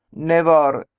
never!